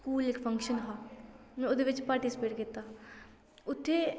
school इक function हा में ओह्दे बिच्च पार्टिसिपेट कीता उत्थें